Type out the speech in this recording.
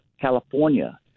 California